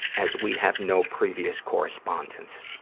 as we have no previous correspondence.